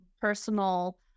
personal